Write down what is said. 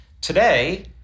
Today